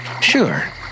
Sure